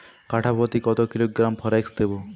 কাঠাপ্রতি কত kilogram forex দেবো?